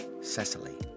Cecily